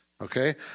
Okay